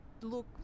look